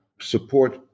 support